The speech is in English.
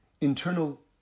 internal